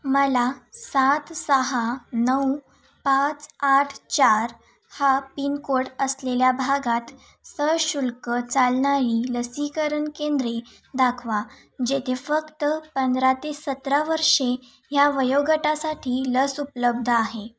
मला सात सहा नऊ पाच आठ चार हा पिनकोड असलेल्या भागात सशुल्क चालणारी लसीकरण केंद्रे दाखवा जेथे फक्त पंधरा ते सतरा वर्षे ह्या वयोगटासाठी लस उपलब्ध आहे